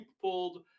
pulled